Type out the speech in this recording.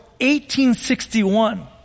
1861